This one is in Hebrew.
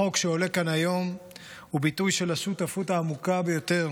החוק שעולה כאן היום הוא ביטוי של השותפות העמוקה ביותר